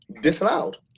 disallowed